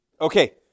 Okay